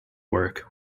work